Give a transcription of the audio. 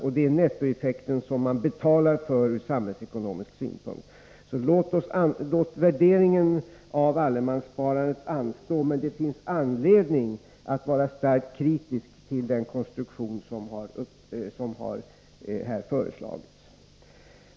Det är just nettoeffekten som man betalar för ur samhällsekonomisk synpunkt. Låt därför värderingen av allemanssparandet anstå. Men det finns anledning att vara starkt kritisk till den konstruktion som har föreslagits.